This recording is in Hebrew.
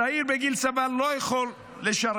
צעיר בגיל צבא לא יכול לעבוד,